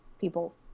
people